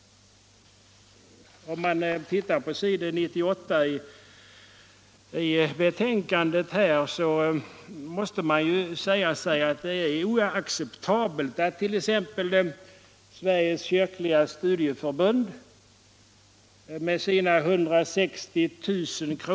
Om man ser på sidan 98 i betänkandet så måste man säga sig att det är oacceptabelt att t.ex. Sveriges kyrkliga studieförbund med sina 160 000 kr.